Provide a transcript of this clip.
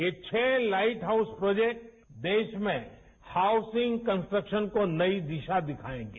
ये छह light house project देश में हाउसिंग कन्सट्रक्शन को नई दिशा दिखाएंगे